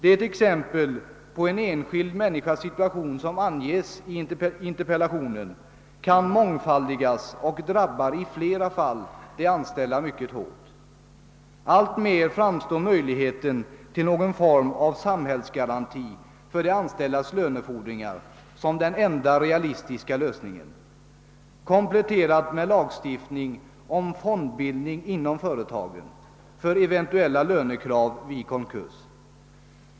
Det exempel på en enskild människas situation som anges i interpellationen kan mångfaldigas. I flera fall drabbas de anställda mycket hårt. Alltmer framstår någon form av samhällsgaranti för de anställdas lönefordringar som den enda realistiska lösningen, kompletterad med lagstiftning om fondbildning inom företag för eventuella lönekrav vid konkurs.